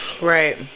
Right